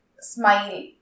smile